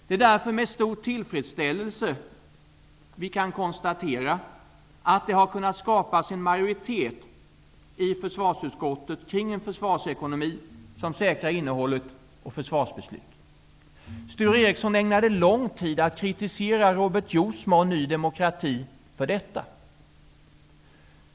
Det är därför med stor tillfredsställelse vi kan konstatera att det har kunnat skapas en majoritet i försvarsutskottet kring en försvarsekonomi som säkrar innehållet i försvarsbeslutet. Sture Ericson ägnade lång tid åt att kritisera Robert Jousma och Ny demokrati för detta.